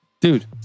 dude